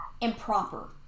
improper